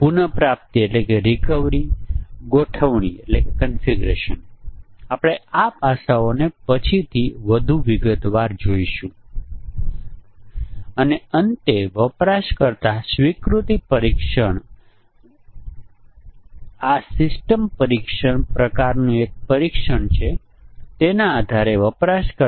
આપણે આ કોષ્ટકની ગોઠવણ એવી રીતે કરીએ છીએ કે આપણે પહેલા પેરામીટરને ધ્યાનમાં લઈએ જે સૌથી વધુ મૂલ્ય લે છે જો ત્યાં 2 એવા હોય જે વધુ મૂલ્ય લે તો તેમાંથી કોઈ પણ 1 ધ્યાનમાં લેશું અને પછી આપણે બીજાને આગળ ગોઠવીશું